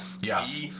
Yes